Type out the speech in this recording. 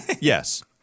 yes